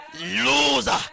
loser